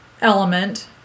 element